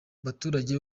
baturage